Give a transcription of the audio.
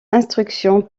instructions